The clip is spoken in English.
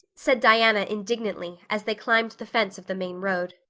said diana indignantly, as they climbed the fence of the main road.